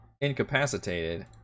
incapacitated